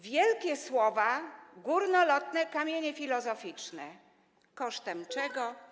Wielkie słowa, górnolotne, kamienie filozoficzne - kosztem czego?